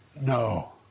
No